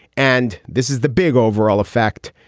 and this is the big overall effect.